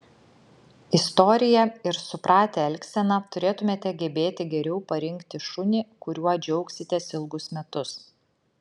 istoriją ir supratę elgseną turėtumėte gebėti geriau parinkti šunį kuriuo džiaugsitės ilgus metus